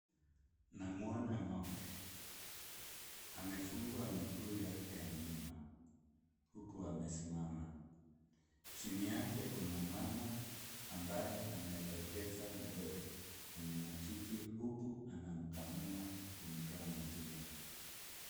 Namwona ng'ombe amefungwa miguu yake ya nyuma huku amesimama. Chini yake kuna mama ambaye ameelekeza ndoo kwenye matiti huku anamkamua kumtoa maziwa.